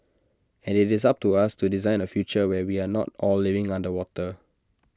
and IT is up to us to design A future where we are not all living underwater